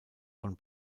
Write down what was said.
von